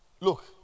Look